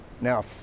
Now